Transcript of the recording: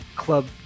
club